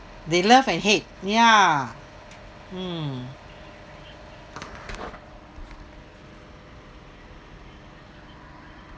they love and hate ya mm